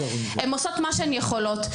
הן עושות מה שהן יכולות.